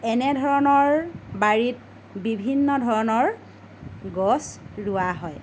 এনেধৰণৰ বাৰীত বিভিন্ন ধৰণৰ গছ ৰুৱা হয়